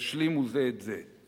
ישלימו זה את זה.